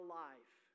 life